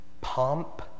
pomp